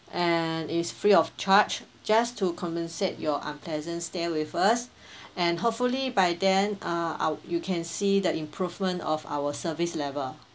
and it's free of charge just to compensate your unpleasant stay with us and hopefully by then uh ou~ you can see the improvement of our service level